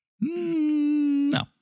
No